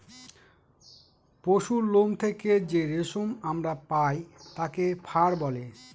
পশুরলোম থেকে যে রেশম আমরা পায় তাকে ফার বলে